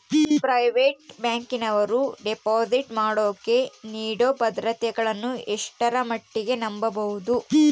Private ಬ್ಯಾಂಕಿನವರು deposit ಮಾಡೋಕೆ ನೇಡೋ ಭದ್ರತೆಗಳನ್ನು ಎಷ್ಟರ ಮಟ್ಟಿಗೆ ನಂಬಬಹುದು?